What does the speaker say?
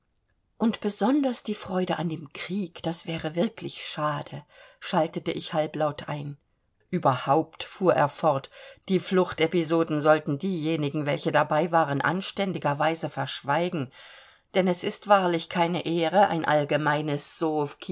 und besonders die freude an dem krieg das wäre wirklich schade schaltete ich halblaut ein überhaupt fuhr er fort die fluchtepisoden sollten diejenigen welche dabei waren anständigerweise verschweigen denn es ist wahrlich keine ehre ein allgemeines